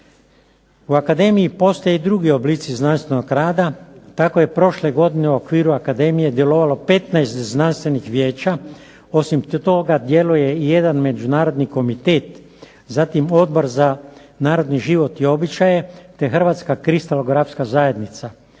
U akademiji postoje drugi oblici znanstvenog rada, tako je prošle godine u okviru akademije djelovalo 15 znanstvenih vijeća, osim toga djeluje i jedan međunarodni komitet, zatim Odbor za narodni život i običaje, te Hrvatska kristalografska zajednica.